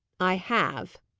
i have,